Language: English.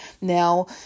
Now